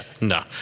no